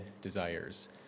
desires